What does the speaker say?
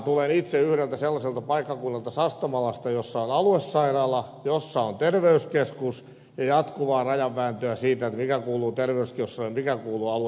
tulen itse yhdeltä sellaiselta paikkakunnalta sastamalasta jossa on aluesairaala jossa on terveyskeskus ja jatkuvaa rajanvääntöä siitä mikä kuuluu terveyskeskukselle ja mikä kuuluu aluesairaalalle